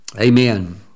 Amen